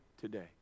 today